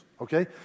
okay